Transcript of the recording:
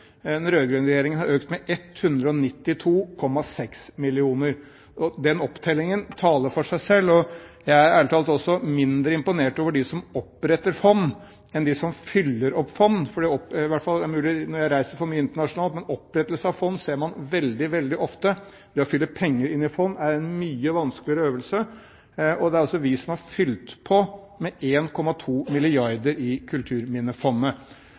Den rød-grønne regjeringen har økt med 192,6 mill. kr. Den opptellingen taler for seg selv. Jeg er ærlig talt også mindre imponert over dem som oppretter fond, enn dem som fyller opp fond. Jeg reiser mye internasjonalt, og opprettelse av fond ser man veldig, veldig ofte. Det å fylle penger inn i fond er en mye vanskeligere øvelse, og det er vi som har fylt på med 1,2 mrd. kr i Kulturminnefondet.